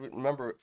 remember